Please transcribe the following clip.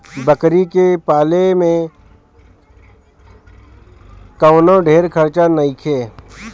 बकरी के पाले में कवनो ढेर खर्चा नईखे